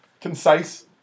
Concise